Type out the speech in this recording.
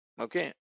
okay